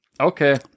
okay